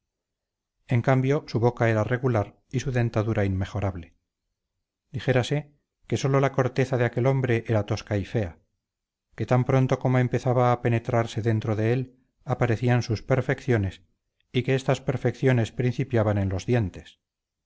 en cambio su boca era regular y su dentadura inmejorable dijérase que sólo la corteza de aquel hombre era tosca y fea que tan pronto como empezaba a penetrarse dentro de él aparecían sus perfecciones y que estas perfecciones principiaban en los dientes